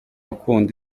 ukunda